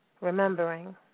remembering